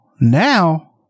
now